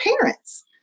parents